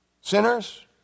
Sinners